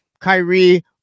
Kyrie